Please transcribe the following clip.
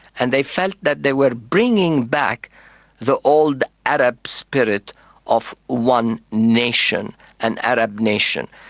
and they felt that they were bringing back the old arab spirit of one nation an arab nation,